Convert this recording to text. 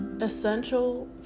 essential